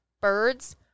birds